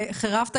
ומיד אחר כך אנחנו